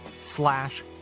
slash